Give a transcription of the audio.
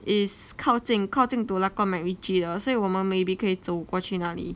is 靠近靠近 to 那个:na macritchie 的所以我们 maybe 可以走过去那里